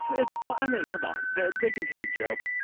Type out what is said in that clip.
it's it's fun. i mean, come on. they they can take a joke.